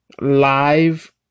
live